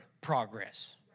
progress